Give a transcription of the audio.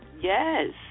Yes